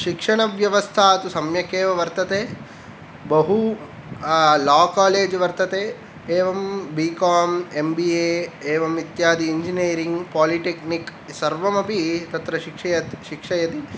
शिक्षणव्यवस्थाः तु सम्यक् एव वर्तते बहु ला कालेज् वर्तते एवं B com M B A एवम् इत्यादि इञ्जिनिरिङ् पालिटेक्निक् सर्वमपि तत्र शिक्षय शिक्षयति